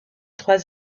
trois